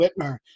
Whitmer